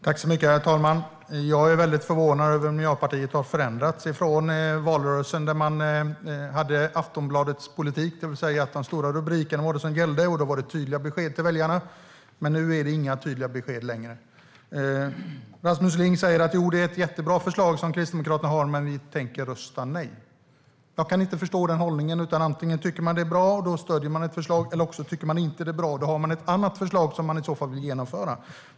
Herr talman! Jag är väldigt förvånad om det är så att Miljöpartiet har förändrats sedan valrörelsen. Då hade man Aftonbladetpolitik, det vill säga att det var stora rubriker och tydliga besked till väljarna som gällde. Nu är det dock inga tydliga besked längre. Rasmus Ling säger att det är ett jättebra förslag Kristdemokraterna har men att man tänker rösta nej. Jag kan inte förstå den hållningen. Antingen tycker man att ett förslag är bra, och då stöder man det, eller också tycker man inte att det är bra och har i så fall ett annat förslag man vill genomföra.